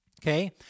okay